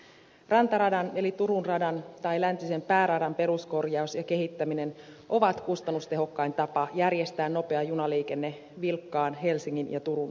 rantaradan eli turun radan tai läntisen pääradan peruskorjaus ja kehittäminen ovat kustannustehokkain tapa järjestää nopea junaliikenne vilkkaalla helsingin ja turun välillä